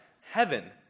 heaven